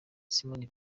simon